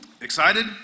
Excited